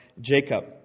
Jacob